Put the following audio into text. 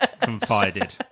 Confided